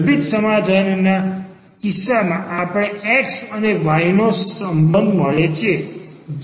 ગર્ભિત સમાધાનના કિસ્સામાં આપણને x અને y નો આ સંબંધ મળે છે